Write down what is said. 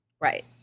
Right